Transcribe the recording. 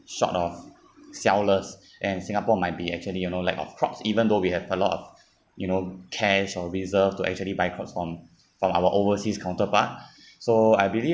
short of sellers and singapore might be actually you know lack of crops even though we have a lot of you know cash or reserve to actually buy crops from from our overseas counterpart so I believe